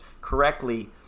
correctly